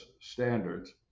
standards